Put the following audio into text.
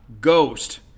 Ghost